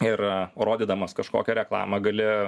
ir a rodydamas kažkokią reklamą gali